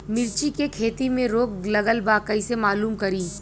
मिर्ची के खेती में रोग लगल बा कईसे मालूम करि?